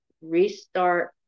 Restart